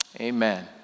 amen